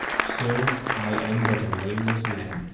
sirs, i am but a nameless man,